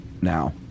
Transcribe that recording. now